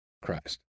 Christ